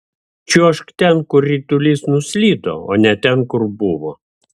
čiuožk ten kur ritulys nuslydo o ne ten kur buvo